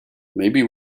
maybe